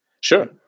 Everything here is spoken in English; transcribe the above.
Sure